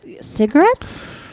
cigarettes